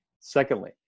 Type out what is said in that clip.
Secondly